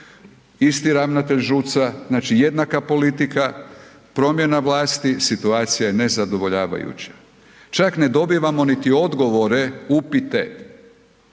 isti ravnatelj ŽUC-a jednaka politika, promjena vlasti situacija je nezadovoljavajuća, čak ne dobivamo niti odgovore upite.